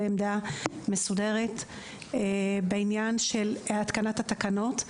עמדה מסודרת בעניין של התקנת התקנות,